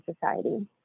society